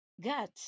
gut